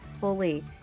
fully